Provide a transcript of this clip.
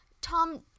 Tom